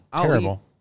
Terrible